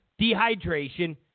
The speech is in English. dehydration